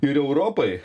ir europai